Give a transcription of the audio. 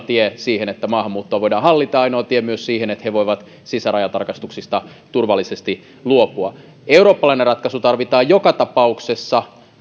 tie siihen että maahanmuuttoa voidaan hallita ainoa tie myös siihen että he voivat sisärajatarkastuksista turvallisesti luopua eurooppalainen ratkaisu tarvitaan joka tapauksessa